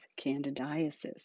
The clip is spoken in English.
candidiasis